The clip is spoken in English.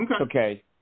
Okay